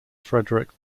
frederick